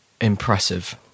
impressive